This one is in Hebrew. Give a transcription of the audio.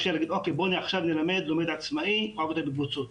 לעומת עכשיו נלמד לימוד עצמאי או עבודה בקבוצות.